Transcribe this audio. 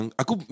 aku